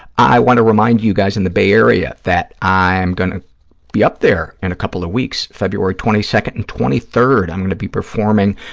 i want to remind you guys in the bay area that i am going to be up there in a couple of weeks, february twenty second and twenty third. i'm going to be performing,